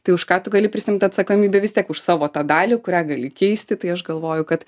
tai už ką tu gali prisiimt atsakomybę vis tiek už savo tą dalį kurią gali keisti tai aš galvoju kad